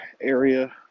area